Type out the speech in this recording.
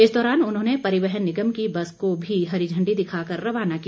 इस दौरान उन्होंने परिवहन निगम की बस को भी हरी झंडी दिखाकर रवाना किया